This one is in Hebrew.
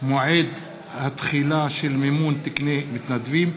מועד התחילה של מימון תקני מתנדבים),